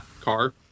car